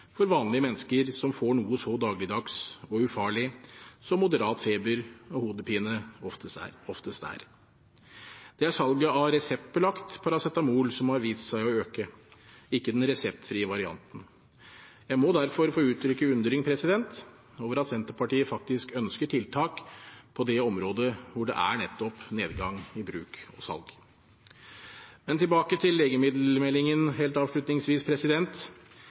for vanlige mennesker som får noe så dagligdags og ufarlig som moderat feber og hodepine oftest er. Det er salget av reseptbelagt paracetamol som har vist seg å øke, ikke den reseptfrie varianten. Jeg må derfor få uttrykke undring over at Senterpartiet faktisk ønsker tiltak på det området hvor det nettopp er nedgang i bruk og salg. Men tilbake til legemiddelmeldingen helt avslutningsvis.